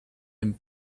and